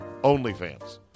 OnlyFans